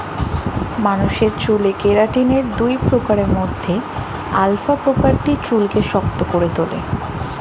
মানুষের চুলে কেরাটিনের দুই প্রকারের মধ্যে আলফা প্রকারটি চুলকে শক্ত করে তোলে